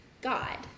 God